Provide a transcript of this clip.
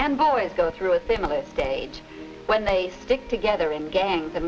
and boys go through a similar stage when they stick together in gangs and